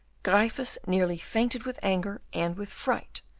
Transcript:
gryphus nearly fainted with anger and with fright,